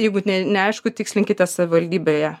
jeigu ne neaišku tikslinkitės savivaldybėje